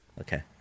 Okay